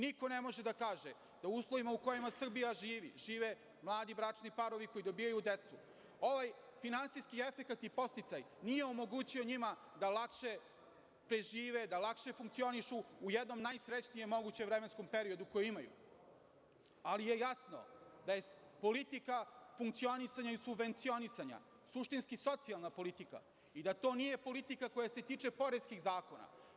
Niko ne može da kaže da u uslovima u kojima u Srbiji žive mladi bračni parovi koji dobijaju decu ovaj finansijski efekat i podsticaj nije omogućio njima da lakše prežive, da lakše funkcionišu u jednom najsrećnijem mogućem vremenskom periodu koji imaju, ali je jasno da je politika funkcionisanja i subvencionisanja suštinski socijalna politika i da to nije politika koja se tiče poreskih zakona.